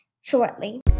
shortly